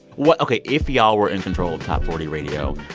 what ok, if you all were in control top forty radio,